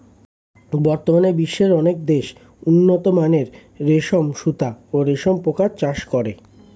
বর্তমানে বিশ্বের অনেক দেশ উন্নতমানের রেশম সুতা ও রেশম পোকার চাষ করে